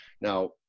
Now